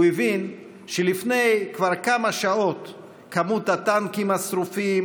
הוא הבין שכבר לפני כמה שעות כמות הטנקים השרופים,